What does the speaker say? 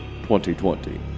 2020